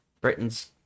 Britain's